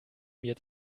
mir